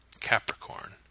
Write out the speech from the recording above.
Capricorn